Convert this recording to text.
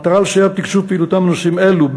במטרה לסייע בתקצוב פעילותם בנושאים אלו,